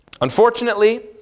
Unfortunately